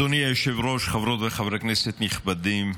אדוני היושב-ראש, חברות וחברי כנסת נכבדים,